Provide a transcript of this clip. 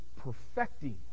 perfecting